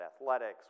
athletics